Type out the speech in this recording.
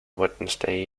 wednesday